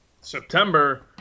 September